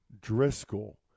Driscoll